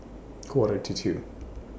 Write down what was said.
Quarter to two